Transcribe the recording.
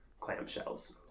clamshells